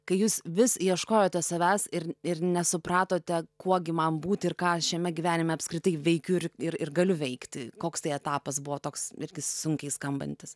kai jūs vis ieškojote savęs ir ir nesupratote kuo gi man būti ir ką aš šiame gyvenime apskritai veikiu ir ir galiu veikti koks tai etapas buvo toks irgi sunkiai skambantis